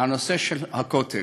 הנושא של הכותל.